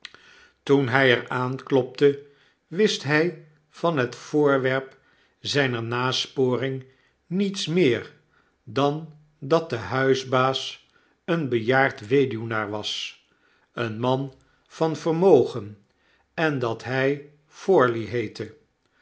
toen hy er aanklopte wist hij van het voorwerp zyner nasporing niets meer dan dat de huisbaas een bejaard weduwnaar was een man van vermogen en dat hy porley heette